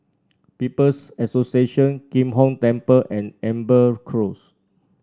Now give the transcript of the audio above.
People's Association Kim Hong Temple and Amber Close